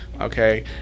Okay